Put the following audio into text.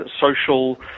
social